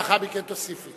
לאחר מכן תוסיפי.